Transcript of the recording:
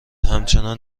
همچنان